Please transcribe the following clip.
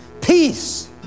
Peace